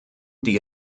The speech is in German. die